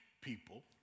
people